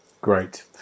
Great